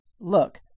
Look